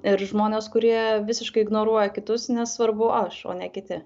ir žmonės kurie visiškai ignoruoja kitus nes svarbu aš o ne kiti